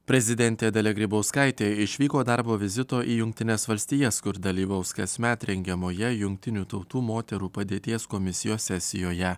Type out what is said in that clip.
prezidentė dalia grybauskaitė išvyko darbo vizito į jungtines valstijas kur dalyvaus kasmet rengiamoje jungtinių tautų moterų padėties komisijos sesijoje